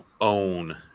own